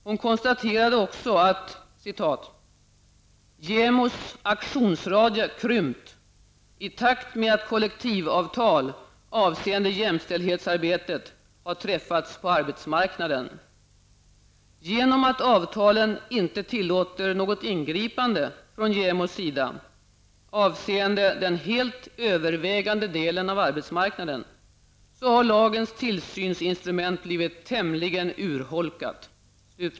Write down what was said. Hon konstaterade också att ''JämOs aktionsradie krympt i takt med att kollektivavtal avseende jämställdhetsarbetet har träffats på arbetsmarknaden. Genom att avtalen inte tillåter något ingripande från JämOs sida, avseende den helt övervägande delen av arbetsmarknaden, har lagens tillsynsinstrument blivit tämligen urholkat.''